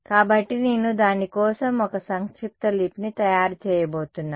కాబట్టి నేను దాని కోసం ఒక సంక్షిప్త లిపిని తయారు చేయబోతున్నాను